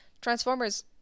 Transformers